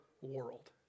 world